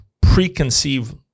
preconceived